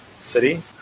city